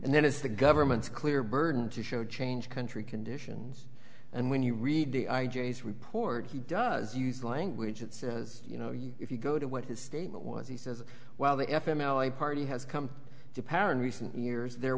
and then it's the government's clear burden to show change country conditions and when you read the i g report he does use language that says you know if you go to what his statement was he says well the f m l i party has come to parent recent years there